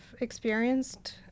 experienced